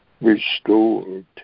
restored